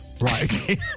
Right